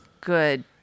good